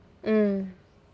mm